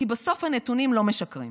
כי בסוף הנתונים לא משקרים.